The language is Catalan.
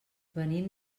venim